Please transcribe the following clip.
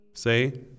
Say